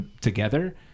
together